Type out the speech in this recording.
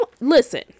listen